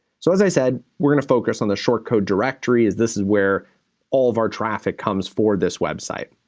so, as i said, we're gonna focus on the short code directory as this is where all of our traffic comes for this website.